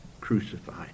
crucified